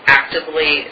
actively